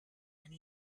and